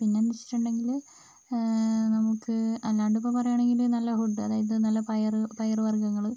പിന്നെന്താന്ന് വെച്ചിട്ടുണ്ടെങ്കിൽ നമുക്ക് അല്ലാണ്ട് ഇപ്പോൾ പറയാണെങ്കിൽ നല്ല ഫുഡ് അതായത് നല്ല പയർ പയറുവർഗ്ഗങ്ങൾ